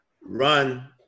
run